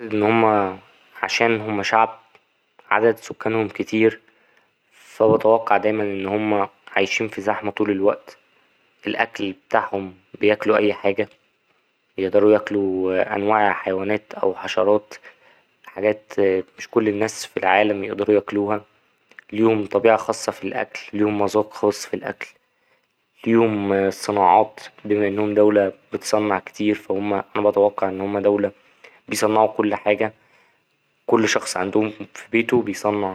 إن هما عشان هما شعب عدد سكانهم كتير فا بتوقع دايما إن هما عايشين في زحمه طول الوقت الأكل بتاعهم بياكلوا أي حاجة بيقدروا ياكلوا أنواع حيوانات أو حشرات حاجات مش كل الناس في العالم يقدروا ياكلوها ليهم طبيعة خاصة في الأكل ليهم مذاق خاص في الأكل ليهم صناعات بما إنهم دولة بتصنع كتير فا هما أنا بتوقع إن هما دولة بيصنعوا كل حاجة كل شخص عندهم في بيته بيصنع.